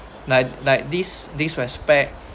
like like dis~ disrespect